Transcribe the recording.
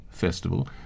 festival